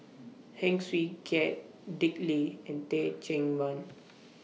Heng Swee Keat Dick Lee and Teh Cheang Wan